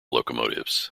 locomotives